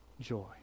joy